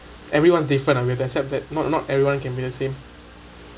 everyone's different ah we've to accept that not not everyone can be the same